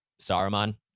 Saruman